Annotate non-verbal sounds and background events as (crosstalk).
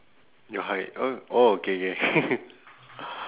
your height uh orh K K (laughs)